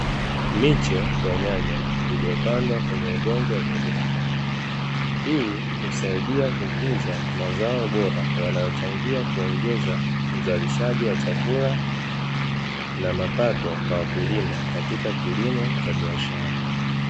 Miche ya nyanya iliyopandwa kwenye udongo wenye rutuba. Hii husaidia kukuza mazao bora yanayochangia kuongeza uzalishaji wa chakula na mapato kwa wakulima katika kilimo cha biashara.